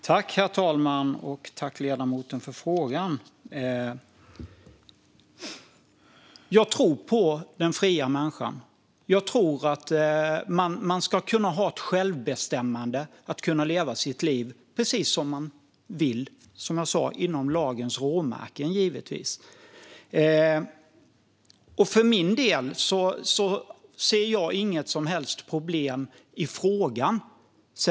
Herr talman! Jag tackar ledamoten för frågan. Jag tror på den fria människan. Jag tror att människor ska ha ett självbestämmande och kunna leva sitt liv precis som de vill - givetvis inom lagens råmärken, som jag sa. För min del ser jag inget som helst problem i frågan.